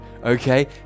Okay